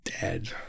dead